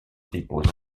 dépose